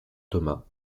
thomas